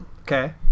Okay